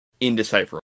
indecipherable